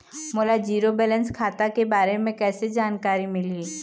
मोला zero balance खाता के बारे म कैसे जानकारी मिलही?